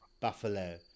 buffalo